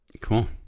Cool